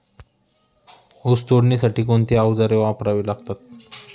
ऊस तोडणीसाठी कोणती अवजारे वापरावी लागतात?